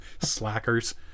slackers